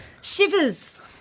Shivers